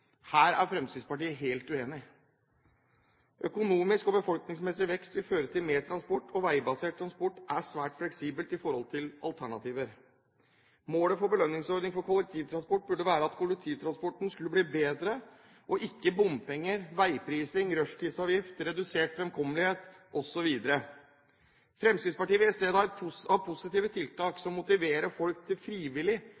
Her er Fremskrittspartiet helt uenig. Økonomisk og befolkningsmessig vekst vil føre til mer transport, og veibasert transport er svært fleksibelt i forhold til alternativene. Målet for belønningsordningen for kollektivtransport burde være at kollektivtransporten skulle bli bedre – og ikke bompenger, veiprising, rushtidsavgift, redusert framkommelighet osv. Fremskrittspartiet vil i stedet ha positive tiltak,